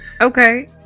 Okay